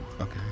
Okay